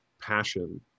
passion